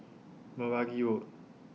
Meragi Road